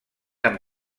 amb